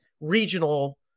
regional